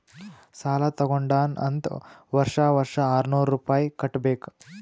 ಸಾಲಾ ತಗೊಂಡಾನ್ ಅಂತ್ ವರ್ಷಾ ವರ್ಷಾ ಆರ್ನೂರ್ ರುಪಾಯಿ ಕಟ್ಟಬೇಕ್